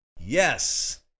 Yes